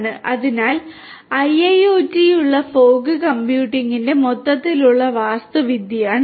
അതിനാൽ IIoT യ്ക്കുള്ള fog കമ്പ്യൂട്ടിംഗിന്റെ മൊത്തത്തിലുള്ള വാസ്തുവിദ്യയാണിത്